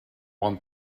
one